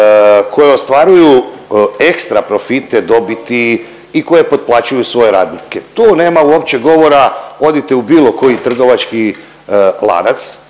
koji ostvaruju ekstra profite, dobiti i koji potplaćuju svoje radnike. Tu nema uopće govora, odite u bilo koji trgovački lanac,